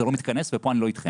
זה לא מתכנס ופה אני לא איתכם.